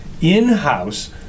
in-house